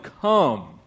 come